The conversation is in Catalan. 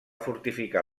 fortificar